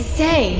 say